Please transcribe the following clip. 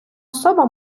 особа